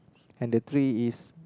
and the tree is